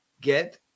Get